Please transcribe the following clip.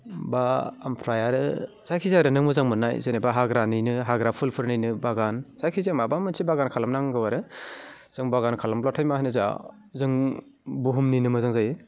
बा ओमफ्राय आरो जायखिजाया ओरैनो नों मोजां मोननाय जेनेबा हाग्रानिनो हाग्रा फुलफोरनिनो बागान जायखिजाया माबा मोनसे बागान खालामनांगौ आरो जों बागान खालामब्लाथाय मा होनो जा जों बुहुमनिनो मोजां जायो